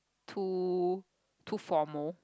too too formal